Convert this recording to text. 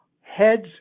heads